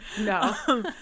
No